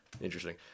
interesting